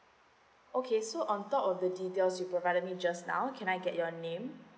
okay so on top of the details you provided me just now can I get your name